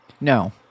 No